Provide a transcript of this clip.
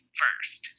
first